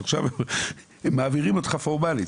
אז עכשיו מעבירים אותך פורמלית.